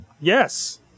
Yes